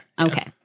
Okay